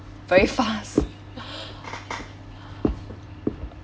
very fast